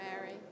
Mary